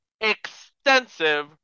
extensive